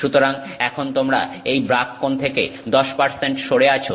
সুতরাং এখন তোমরা এই ব্রাগ কোণ থেকে 10 সরে আছো